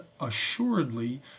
assuredly